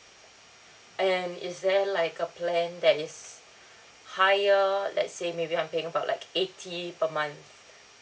and is there like a plan that is higher let's say maybe I'm paying about like eighty per month